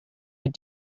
were